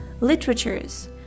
literatures